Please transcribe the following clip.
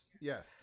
yes